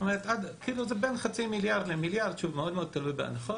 זה בין חצי מיליארד למיליארד שהוא מאוד תלוי בהנחות.